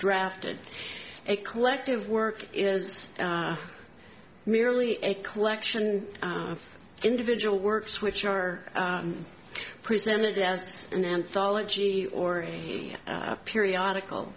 drafted a collective work is merely a collection of individual works which are presented as an anthology or a periodical